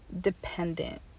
dependent